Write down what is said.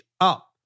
up